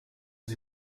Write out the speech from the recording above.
sie